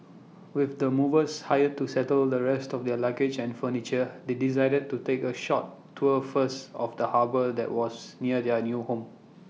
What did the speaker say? with the movers hired to settle the rest of their luggage and furniture they decided to take A short tour first of the harbour that was near their new home